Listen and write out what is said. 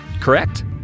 Correct